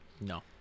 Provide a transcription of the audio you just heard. No